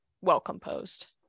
well-composed